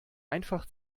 einfach